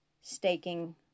staking